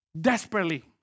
desperately